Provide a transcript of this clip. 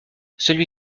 celui